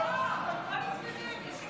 הם יצאו לפגרה כולם?